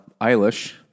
Eilish